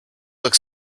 look